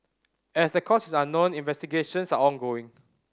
as the cause is unknown investigations are ongoing